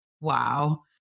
wow